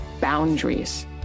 Boundaries